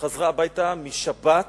חזרה הביתה משבת